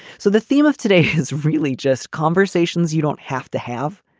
so the theme of today is really just conversations. you don't have to have